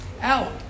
out